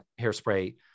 hairspray